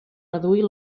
reduir